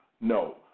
No